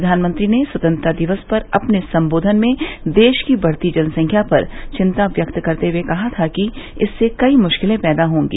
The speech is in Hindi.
प्रधानमंत्री ने स्वतंत्रता दिवस पर अपने संबोधन में देश की बढ़ती जनसंख्या पर चिन्ता व्यक्त करते हुए कहा था कि इससे कई मुश्किलें पैदा होंगी